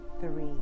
three